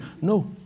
No